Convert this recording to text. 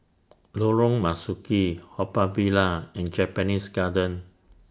Lorong Marzuki Haw Par Villa and Japanese Garden